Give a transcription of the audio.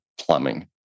plumbing